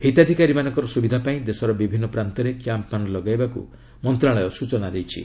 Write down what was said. ହିତାଧିକାରୀମାନଙ୍କ ସୁବିଧା ଲାଗି ଦେଶର ବିଭିନ୍ନ ପ୍ରାନ୍ତରେ କ୍ୟାମ୍ପମାନ ଲଗାଇବାକୁ ମନ୍ତ୍ରଣାଳୟ ସୂଚନା ଦେଇଛି